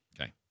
Okay